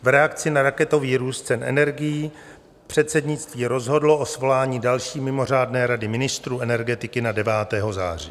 V reakci na raketový růst cen energií předsednictví rozhodlo o svolání další mimořádné Rady ministrů energetiky na 9. září.